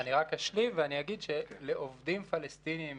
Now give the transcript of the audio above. אני רק אשלים ואגיד שלעובדים פלסטינים